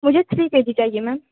मुझे three K G चाहिए ma'am